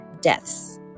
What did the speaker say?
deaths